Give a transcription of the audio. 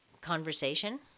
conversation